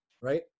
right